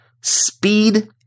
speed